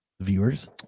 viewers